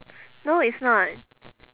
no it's not